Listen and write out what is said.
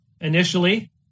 initially